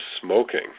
smoking